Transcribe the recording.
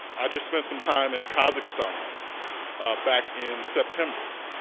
i just spent some time in kazakhstan back in september.